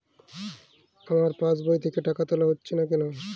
আমার পাসবই থেকে টাকা তোলা যাচ্ছে না কেনো?